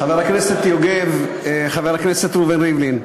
חבר הכנסת יוגב, חבר הכנסת ראובן ריבלין,